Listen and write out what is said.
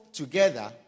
together